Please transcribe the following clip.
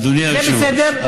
זה בסדר?